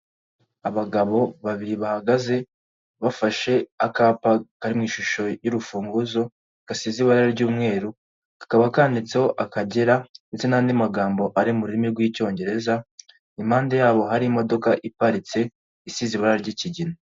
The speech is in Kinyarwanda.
Abagabo babiri bahagaze bafashe akapa karirimo ishusho y'urufunguzo gasize ibara ry'umweru, kakaba kandiditseho Akagera ndetse n'andi magambo ari mu rurimi rw'Icyongereza, impande yabo hari imodoka iparitse isize ibara ry'ikigina.